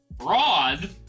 fraud